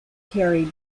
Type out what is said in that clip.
carried